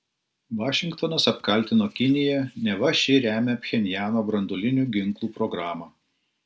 vašingtonas apkaltino kiniją neva ši remia pchenjano branduolinių ginklų programą